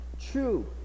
true